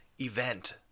event